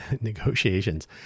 negotiations